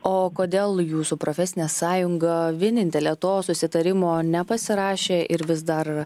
o kodėl jūsų profesinė sąjunga vienintelė to susitarimo nepasirašė ir vis dar